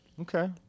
Okay